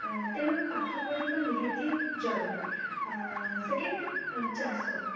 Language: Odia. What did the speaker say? ତେଣୁ ପାଠ ପଢ଼ିବା ନିହାତି ଜରୁରୀ ସେକେଣ୍ଡ ଚାଷ